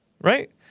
right